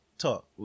talk